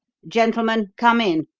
gentlemen, come in!